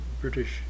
British